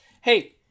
Hey